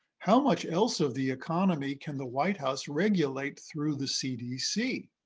how much else of the economy can the white house regulate through the cdc?